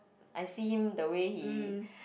I see him the way he